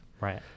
Right